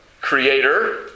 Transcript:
creator